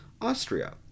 Austria